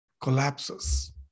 collapses